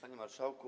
Panie Marszałku!